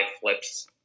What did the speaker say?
flips